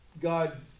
God